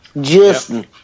Justin